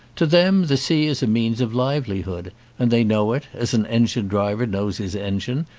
to them the sea is a means of livelihood and they know it, as an engine-driver knows his engine,